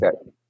okay